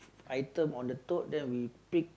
item on the tote then we pick